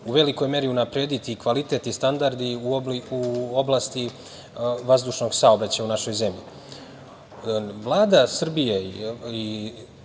u velikoj meri unaprediti i kvalitet i standardi u oblasti vazdušnog saobraćaja u našoj zemlji. Vlada Srbije i